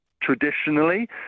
traditionally